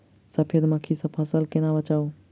सफेद मक्खी सँ फसल केना बचाऊ?